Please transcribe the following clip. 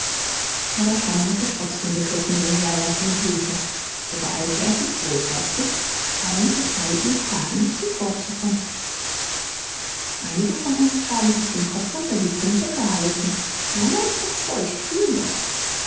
aber tom hatte trotzdem begriffen woher der wind wehte so beeilte er sich wohlweislich allen etwaigen fragen zuvorzukommen einige von uns haben sich den kopf unter die pumpe gehalten meiner ist noch feucht fühl